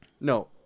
no